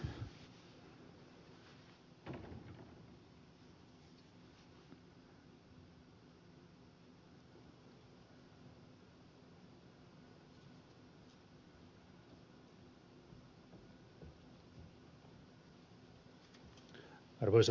arvoisa puhemies